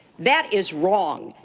that is wrong.